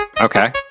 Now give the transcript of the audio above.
Okay